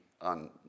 on